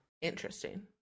interesting